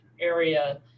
area